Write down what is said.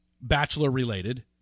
Bachelor-related